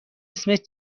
اسمت